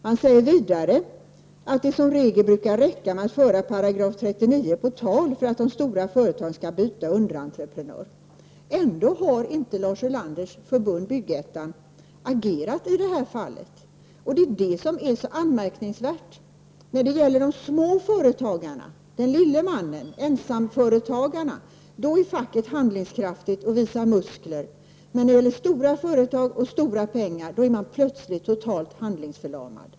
Han säger vidare att det som regel brukar räcka med att föra 39 § på tal för att de stora företagen skall byta underentreprenörer. Ändå har inte Lars Ulanders förbundsavdelning Bygg-Ettan agerat i det här fallet. Det är anmärkningsvärt. När det gäller de små företagen, den lilla mannen, ensamföretagaren, är facket handlingskraftigt och visar muskler, men när det gäller stora företag och stora pengar är man plötsligt totalt handlingsförlamad.